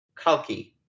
Kalki